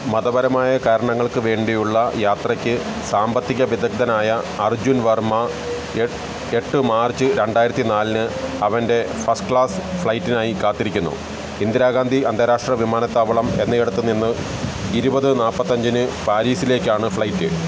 മതപരമായ കാരണങ്ങൾക്കു വേണ്ടിയുള്ള യാത്രയ്ക്ക് സാമ്പത്തിക വിദഗ്ധനായ അർജ്ജുൻ വർമ്മ എട്ട് മാർച്ച് രണ്ടായിരത്തി നാലിന് അവൻ്റെ ഫസ്റ്റ് ക്ലാസ് ഫ്ലൈറ്റിനായി കാത്തിരിക്കുന്നു ഇന്ദിരാഗാന്ധി അന്താരാഷ്ട്ര വിമാനത്താവളം എന്നയിടത്തുനിന്ന് ഇരുപത് നാൽപ്പത്തഞ്ചിന് പാരീസിലേക്കാണ് ഫ്ലൈറ്റ്